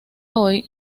hoy